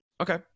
Okay